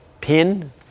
pin